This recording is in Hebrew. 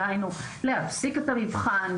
דהיינו להפסיק את המבחן,